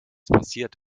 passiert